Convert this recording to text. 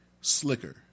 slicker